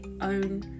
own